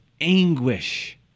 anguish